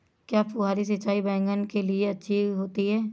क्या फुहारी सिंचाई बैगन के लिए अच्छी होती है?